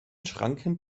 schranken